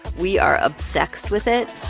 we are obsexxed with it.